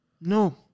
No